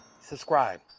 Subscribe